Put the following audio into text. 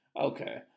Okay